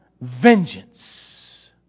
vengeance